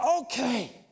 Okay